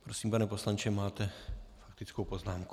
Prosím, pane poslanče, máte faktickou poznámku.